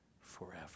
forever